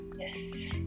Yes